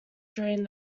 during